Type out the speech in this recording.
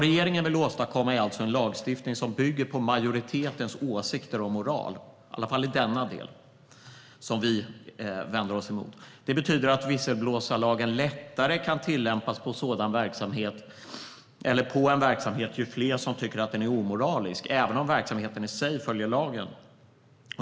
Regeringen vill åstadkomma en lagstiftning som bygger på majoritetens åsikter om moral, i alla fall i denna del, som vi vänder oss emot. Det betyder att visselblåsarlagen lättare kan tillämpas på en verksamhet ifall många tycker att den är omoralisk, även om verksamheten i sig följer lagen.